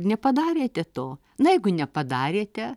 nepadarėte to na jeigu nepadarėte